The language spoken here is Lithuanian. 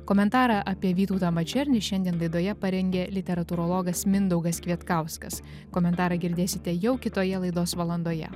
komentarą apie vytautą mačernį šiandien laidoje parengė literatūrologas mindaugas kvietkauskas komentarą girdėsite jau kitoje laidos valandoje